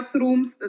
rooms